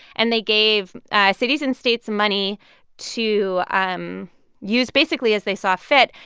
and they gave cities and states money to um use basically as they saw fit.